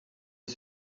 les